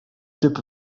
typ